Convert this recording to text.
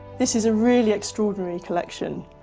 this is a really extraordinary collection,